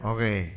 Okay